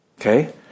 Okay